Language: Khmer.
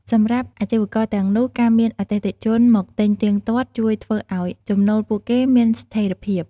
សម្រាប់អាជីវករទាំងនោះ ការមានអតិថិជនមកទិញទៀងទាត់ ជួយធ្វើឱ្យចំណូលពួកគេមានស្ថេរភាព។